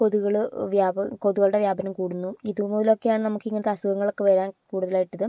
കൊതുകുകൾ വ്യാപ കൊതുകുകളുടെ വ്യാപനം കൂടുന്നു ഇതുമൂലം ഒക്കെയാണ് നമുക്ക് ഇങ്ങനത്തെ അസുഖങ്ങളൊക്കെ വരാൻ കൂടുതലായിട്ടിത്